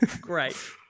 Great